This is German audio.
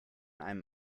einem